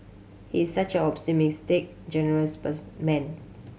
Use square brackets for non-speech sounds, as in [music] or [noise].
he is such optimistic generous [unintelligible] man